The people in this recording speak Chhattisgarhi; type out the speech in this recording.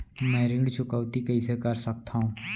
मैं ऋण चुकौती कइसे कर सकथव?